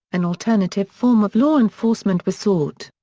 an alternative form of law enforcement was sought.